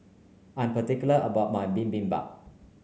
I'm particular about my Bibimbap